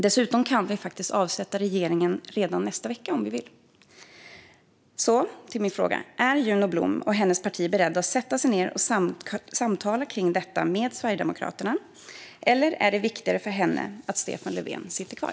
Dessutom kan vi avsätta regeringen redan nästa vecka om vi vill. Så till min fråga. Är Juno Blom och hennes parti beredda att sätta sig ned och samtala kring detta med Sverigedemokraterna, eller är det viktigare för henne att Stefan Löfven sitter kvar?